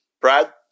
brad